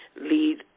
lead